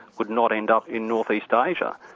would not end up in northeast asia.